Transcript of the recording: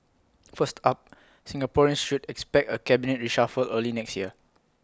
first up Singaporeans should expect A cabinet reshuffle early next year